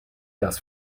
das